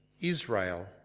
Israel